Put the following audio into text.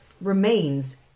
remains